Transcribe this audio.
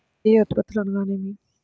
ద్వితీయ ఉత్పత్తులు అనగా నేమి?